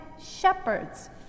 shepherds